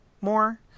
more